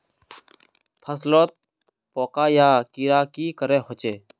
फसलोत पोका या कीड़ा की करे होचे?